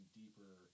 deeper